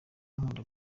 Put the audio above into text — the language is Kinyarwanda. ankunda